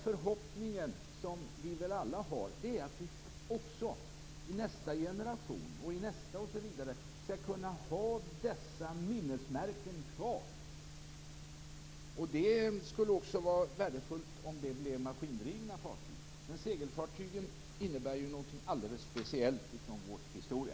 Förhoppningen som vi alla har är att vi även i nästa generation, och i nästa, skall kunna ha dessa minnesmärken kvar. Det skulle också vara värdefullt om det blev maskindrivna fartyg. Men segelfartygen innebär ju något alldeles speciellt i vår historia.